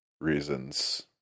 reasons